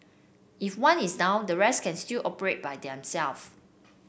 if one is down the rest can still operate by themselves